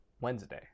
Wednesday